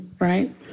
right